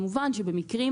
כמובן שבמקרים